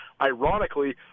ironically